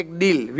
deal